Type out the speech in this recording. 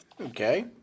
Okay